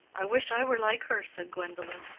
i wish i were like her, said gwendolen.